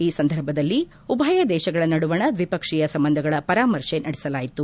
ಈ ಸಂದರ್ಭದಲ್ಲಿ ಉಭಯ ದೇಶಗಳ ನಡುವಣ ದ್ವಿಪಕ್ಷೀಯ ಸಂಬಂಧಗಳ ಪರಾಮರ್ಶೆ ನಡೆಸಲಾಯಿತು